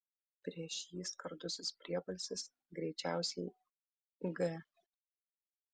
prieš jį skardusis priebalsis greičiausiai g